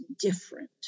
different